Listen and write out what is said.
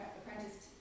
apprenticed